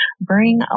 bring